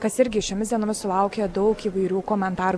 kas irgi šiomis dienomis sulaukė daug įvairių komentarų